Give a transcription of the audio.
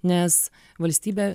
nes valstybė